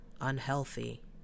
unhealthy